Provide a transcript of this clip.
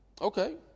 Okay